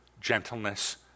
gentleness